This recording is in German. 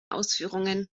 ausführungen